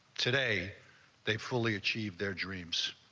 today they fully achieve their dreams.